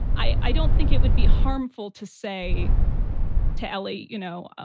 i don't think it would be harmful to say to ellie, you know,